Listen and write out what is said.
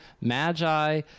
Magi